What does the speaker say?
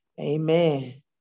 Amen